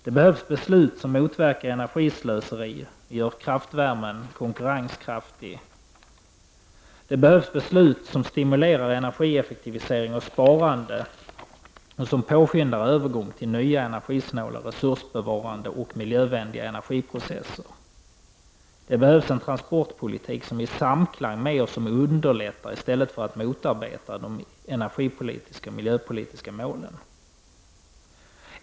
Det behövs beslut som motverkar energislöseri och gör kraftvärmen konkurrenskraftig. Det behövs beslut som stimulerar energieffektivisering och sparande och som påskyndar övergång till nya energisnåla, resursbevarande och miljövänliga industriprocesser. Det behövs en transportpolitik som är i samklang med, och underlättar i stället för att motarbeta, de energipolitiska och miljöpolitiska målen.